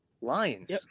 Lions